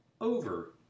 Over